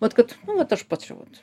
vat kad nu vat aš pats čia vat